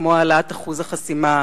כמו העלאת אחוז החסימה,